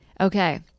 Okay